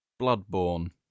Bloodborne